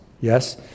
yes